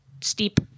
steep